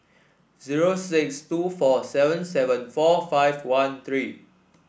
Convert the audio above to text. zero six two four seven seven four five one three